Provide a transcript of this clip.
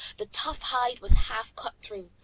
the tough hide was half cut through,